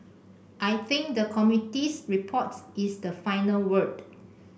I think the committee's reports is the final word